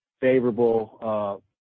favorable